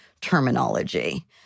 terminology